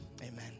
amen